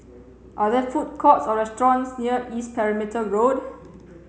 are there food courts or restaurants near East Perimeter Road